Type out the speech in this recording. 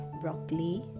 broccoli